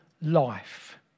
Life